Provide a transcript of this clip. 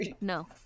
no